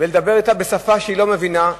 ולדבר אתה בשפה שהיא לא מבינה,